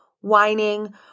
whining